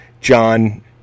john